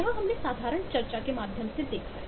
यह हमने साधारण चर्चा के माध्यम से देखा है